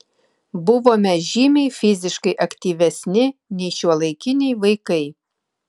buvome žymiai fiziškai aktyvesni nei šiuolaikiniai vaikai